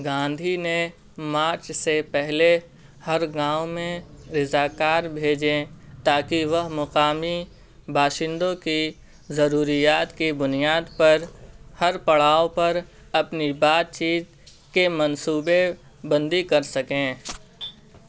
گاندھی نے مارچ سے پہلے ہر گاؤں میں رضا کار بھیجے تاکہ وہ مقامی باشندوں کی ضروریات کی بنیاد پر ہر پڑاؤ پر اپنی بات چیت کے منصوبہ بندی کر سکیں